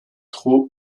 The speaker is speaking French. trop